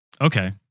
okay